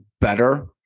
better